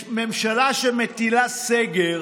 ממשלה שמטילה סגר